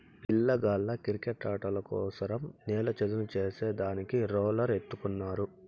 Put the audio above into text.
పిల్లగాళ్ళ కిరికెట్టాటల కోసరం నేల చదును చేసే దానికి రోలర్ ఎత్తుకున్నారు